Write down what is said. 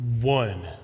one